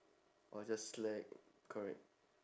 or just slack correct